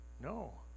No